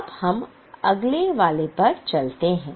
अब हम अगले वाले पर चलते हैं